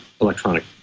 electronic